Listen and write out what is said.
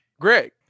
Greg